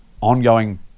ongoing